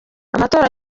amatora